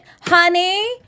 Honey